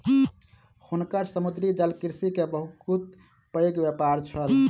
हुनकर समुद्री जलकृषि के बहुत पैघ व्यापार छल